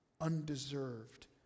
undeserved